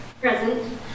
Present